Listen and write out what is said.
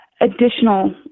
additional